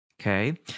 Okay